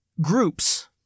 groups